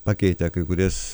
pakeitę kai kurias